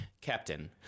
Captain